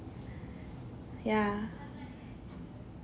yeah